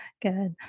good